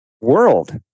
world